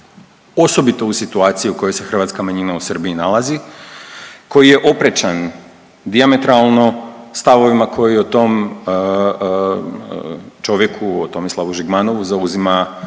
osobito u situaciji u kojoj se hrvatska manjina u Srbiji nalazi, koji je oprečan dijametralno stavovima koje o tom čovjeku o Tomislavu Žigmanovu zauzima